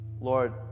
Lord